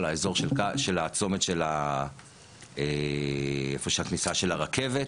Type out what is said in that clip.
לאזור של הצומת של הכניסה של הרכבת.